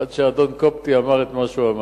עד שאדון קובטי אמר את מה שהוא אמר.